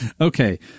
Okay